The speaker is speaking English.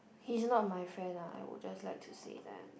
he's not my friend ah I would just like to say that